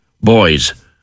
Boys